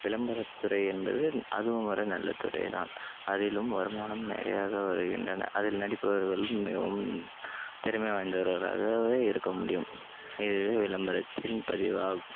விளம்பரத்துறை என்பது அதுவும் ஒரு நல்லத் துறை தான் அதிலும் வருமானம் நிறையாக வருகின்றன அதில் நடிப்பவர்களும் மிகவும் திறமை வாய்ந்தவர்களாகவே இருக்க முடியும் இதுவே விளம்பரத்தின் பதிவாகும்